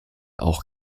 auch